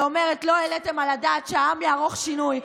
לא העליתם על הדעת שהעם יערוך שינוי,